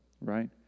right